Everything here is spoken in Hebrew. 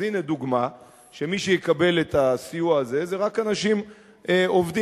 אז הנה דוגמה שמי שיקבל את הסיוע הזה זה רק אנשים עובדים,